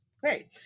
great